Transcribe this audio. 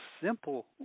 simple